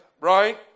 right